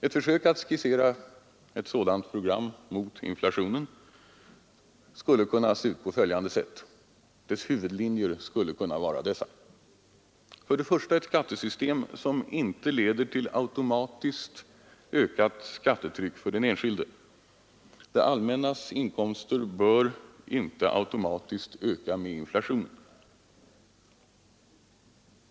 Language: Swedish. Ett försök att skissera ett sådant program mot inflationen skulle kunna ha följande huvudlinjer: För det första skulle vi ha ett skattesystem som inte leder till automatiskt ökat skattetryck för den enskilde. Det allmännas inkomster bör inte automatiskt öka med inflationen.